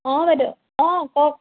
অঁ বাইদেউ অঁ কওক